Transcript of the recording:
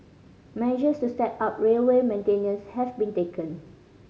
measures to step up railway maintenance have been taken